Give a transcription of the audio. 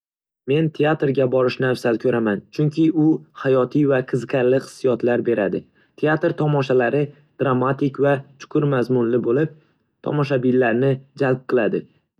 Men teatrga borishni afzal ko'raman, chunki u hayotiy va qiziqarli hissiyotlar beradi. Teatr tomoshalari dramatik va chuqur mazmunli bo'lib, tomoshabinni jalb qiladi